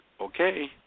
okay